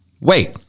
wait